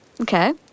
Okay